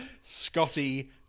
Scotty